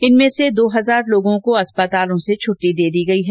जिनमें से दो हजार लोगों को अस्पतालों से छुट्टी दे दी गयी है